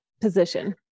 Position